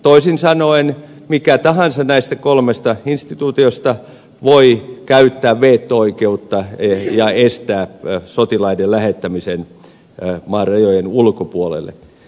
toisin sanoen mikä tahansa näistä kolmesta instituutiosta voi käyttää veto oikeutta ja estää sotilaiden lähettämisen maan rajojen ulkopuolelle